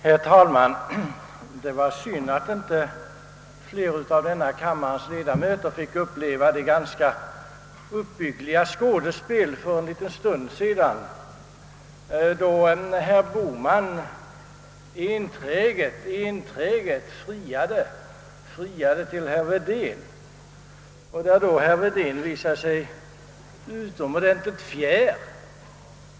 Herr talman! Det var synd att inte fler av denna kammares ledamöter fick uppleva det ganska uppbyggliga skådespelet för en stund sedan, då herr Bohman enträget friade till herr Wedén, som då visade sig utomordentligt fjär.